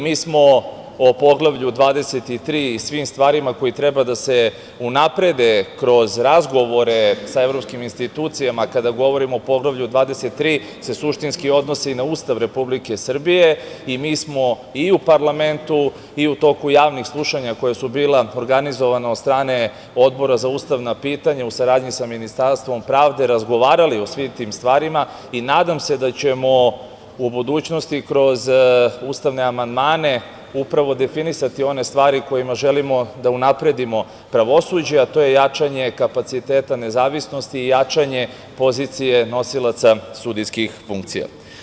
Mi smo o Poglavlju 23 i svim stvarima koje trebaju da se unaprede kroz razgovore sa evropskim institucijama, kada govorimo o Poglavlju 23, se suštinski odnose i na Ustav Republike Srbije, i mi smo i u parlamentu i u toku javnih slušanja koja su organizovana bila od strane Odbora za ustavna pitanja, u saradnji sa Ministarstvom pravde, razgovarali o svim tim stvarima i nadam se, da ćemo u budućnosti kroz ustavne amandmane upravo definisati one stvari kojima želimo da unapredimo pravosuđe, a to je jačanje kapaciteta nezavisnosti i jačanje pozicije nosilaca sudijskih funkcija.